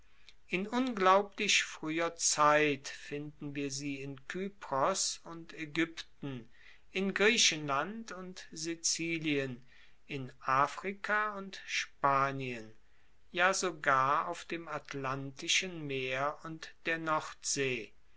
in unglaublich frueher zeit finden wir sie in kypros und aegypten in griechenland und sizilien in afrika und spanien ja sogar auf dem atlantischen meer und der nordsee